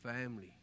family